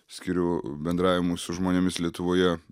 skiriu bendravimui su žmonėmis lietuvoje